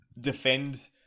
defend